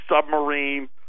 submarine